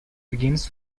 begins